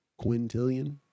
quintillion